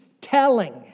telling